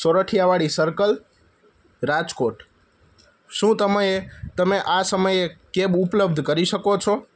Sorathiyawadi circle Rajkot શું તમે તમે આ સમયે કેબ ઉપલબ્ધ કરી શકો છો